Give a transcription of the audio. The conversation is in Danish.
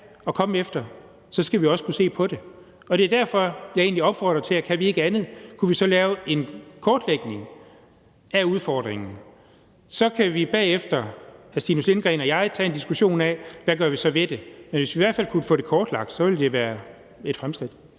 at komme efter, skal vi også kunne se på det. Det er derfor, jeg egentlig opfordrer til, at kan vi ikke andet, kunne vi så lave en kortlægning af udfordringen? Så kan vi bagefter, hr. Stinus Lindgreen og jeg, tage en diskussion af, hvad vi så gør ved det. Men hvis vi i hvert fald kunne få det kortlagt, ville det være et fremskridt.